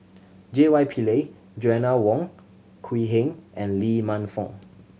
J Y Pillay Joanna Wong Quee Heng and Lee Man Fong